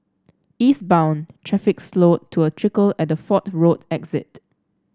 eastbound traffic slowed to a trickle at the Fort Road exit